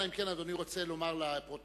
אלא אם כן אדוני רוצה לומר לפרוטוקול,